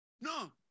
No